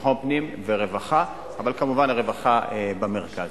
ביטחון פנים ורווחה, אבל כמובן הרווחה במרכז.